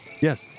Yes